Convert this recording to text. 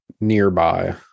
Nearby